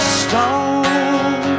stone